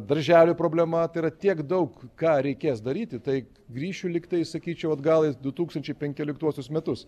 darželių problema tai yra tiek daug ką reikės daryti tai grįšiu lyg tai sakyčiau atgal į du tūkstančiai penkioliktuosius metus